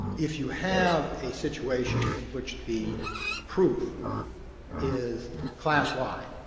if you have a situation in which the proof is class-wide,